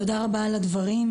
תודה רבה על הדברים,